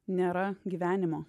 nėra gyvenimo